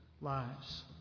lives